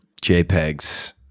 JPEGs